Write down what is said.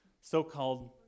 so-called